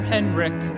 Henrik